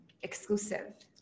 exclusive